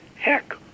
Heck